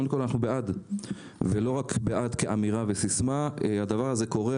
קודם כול, אנחנו בעד והדבר הזה קורה.